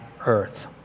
earth